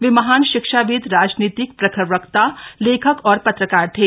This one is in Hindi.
वे महान शिक्षाविद राजनीतिक प्रखर वक्ता लेखक और पत्रकार थे